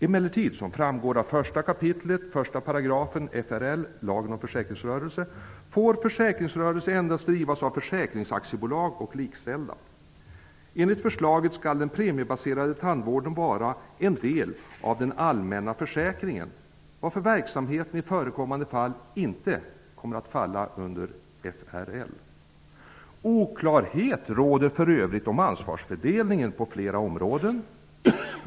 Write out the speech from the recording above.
Emellertid -- som framgår av 1 kap. 1 § FRL, lagen om försäkringsrörelse -- får försäkringsrörelse endast drivas av försäkringsaktiebolag och likställda. Enligt förslaget skall den premiebaserade tandvården vara en del av den allmänna försäkringen, varför verksamheten i förekommande fall inte kommer att falla under FRL. Oklarhet råder för övrigt om ansvarsfördelningen på flera områden.